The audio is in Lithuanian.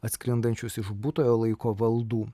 atsklindančius iš būtojo laiko valdų